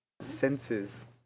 senses